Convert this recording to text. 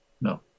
No